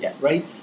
right